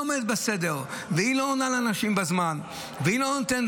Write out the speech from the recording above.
אנשים גם לא יודעים את זה, אנשים גם לא מבינים